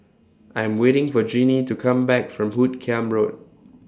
I Am waiting For Jeannie to Come Back from Hoot Kiam Road